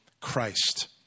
Christ